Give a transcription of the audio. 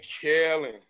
killing